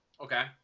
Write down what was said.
Okay